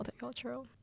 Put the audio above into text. multicultural